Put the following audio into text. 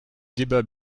débat